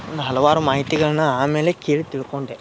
ಒಂದು ಹಲವಾರು ಮಾಹಿತಿಗಳನ್ನು ಆಮೇಲೆ ಕೇಳಿ ತಿಳ್ಕೊಂಡೆ